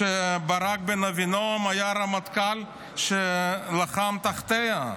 וברק בן אבינעם היה הרמטכ"ל שלחם תחתיה,